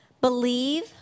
believe